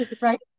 Right